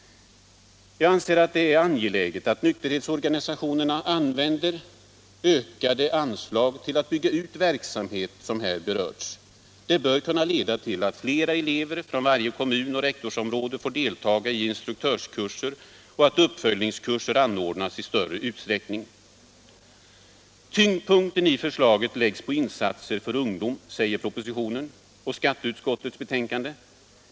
Jag anser att det är angeläget att nykterhetsorganisationerna använder ökade anslag till att bygga ut sådan verksamhet som här berörts. Det bör kunna leda till att flera elever från varje kommun och rektorsområde får deltaga i instruktörskurser och att uppföljningskurser anordnas i större utsträckning. Tyngdpunkten i förslaget läggs på insatser för ungdom, säger propositionen och skatteutskottets betänkande.